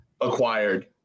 acquired